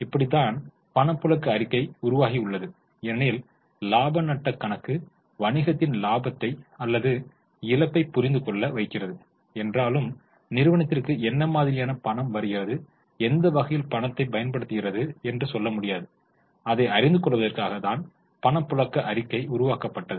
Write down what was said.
இப்படித்தான் பணப்புழக்க அறிக்கை உருவாகியுள்ளது ஏனெனில் லாபம் நட்ட கணக்கு வணிகத்தின் இலாபத்தை அல்லது இழப்பை புரிந்து கொள்ள வைக்கிறது என்றாலும் நிறுவனத்திற்கு என்ன மாதிரியான பணம் வருகிறது எந்த வகையில் பணத்தை பயன்படுத்துகிறது என்று சொல்ல முடியாது அதை அறிந்து கொள்வதற்காக தான் பணப்புழக்க அறிக்கை உருவாக்கப்பட்டது